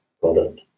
product